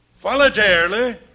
Voluntarily